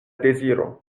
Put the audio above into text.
deziro